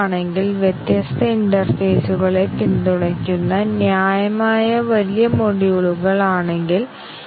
അതിനാൽ പ്രോഗ്രാമർ എഴുതിയ യഥാർത്ഥ പ്രോഗ്രാം ഞങ്ങൾ അതിൽ ചെറിയ മാറ്റങ്ങൾ വരുത്തുന്നു